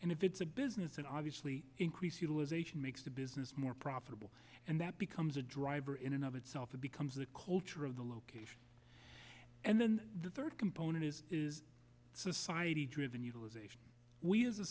and if it's a business and obviously increase utilization makes the business more profitable and that becomes a driver in and of itself it becomes the culture of the location and then the third component is is society driven utilization we as a